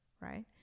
right